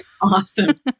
awesome